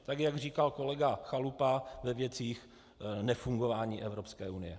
Tak jak říkal kolega Chalupa ve věcech nefungování Evropské unie.